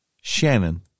Shannon